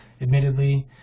admittedly